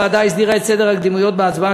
הוועדה הסדירה את סדר הקדימויות בהצבעה